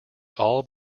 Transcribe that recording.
all